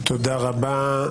תודה רבה.